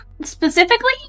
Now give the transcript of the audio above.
Specifically